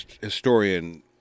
historian